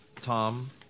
Tom